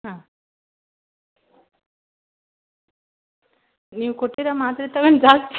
ಹಾಂ ನೀವು ಕೊಟ್ಟಿರೋ ಮಾತ್ರೆ ತಗೊಂಡು ಜಾಸ್ತಿ